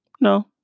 No